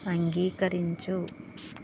అంగీకరించు